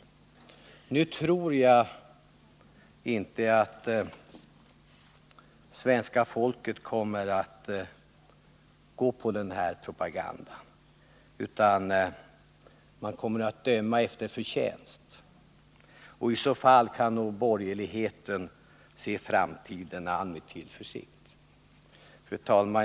Nu tror jag inte att svenska folket kommer att gå på den här propagandan, utan man kommer att döma efter förtjänst, och i så fall kan nog borgerligheten se framtiden an med tillförsikt. Fru talman!